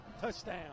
Touchdown